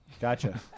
Gotcha